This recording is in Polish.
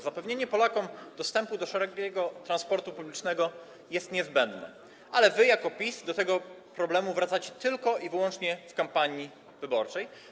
Zapewnienie Polakom dostępu do szerokiego transportu publicznego jest niezbędne, ale wy, jako PiS, do tego problemu wracacie tylko i wyłącznie w kampanii wyborczej.